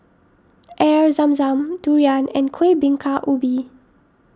Air Zam Zam Durian and Kueh Bingka Ubi